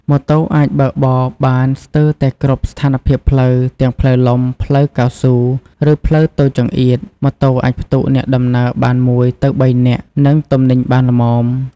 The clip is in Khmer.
ម៉ូតូអាចបើកបរបាន ស្ទើរតែគ្រប់ស្ថានភាពផ្លូវ ទាំងផ្លូវលំ ផ្លូវកៅស៊ូ ឬផ្លូវតូចចង្អៀត។ ម៉ូតូអាចផ្ទុកអ្នកដំណើរបានពី ១ ទៅ ៣ នាក់ និងទំនិញបានល្មម ។